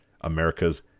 america's